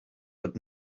but